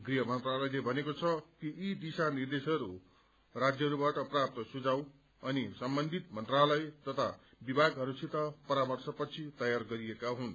गृह मन्त्रालयले भनेको छ कि यी दिशा निर्देशहरू राज्यहरूबाट प्राप्त सुझाव अनि सम्बन्धित मन्त्रालय तथा विभागहरूसित परामर्श पछि तयार गरिएका हुन्